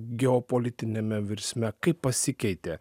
geopolitiniame virsme kaip pasikeitė